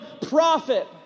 prophet